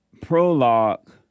prologue